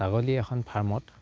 ছাগলী এখন ফাৰ্মত